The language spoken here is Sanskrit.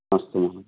अस्तु महो